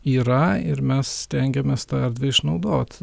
yra ir mes stengiamės tą erdvę išnaudot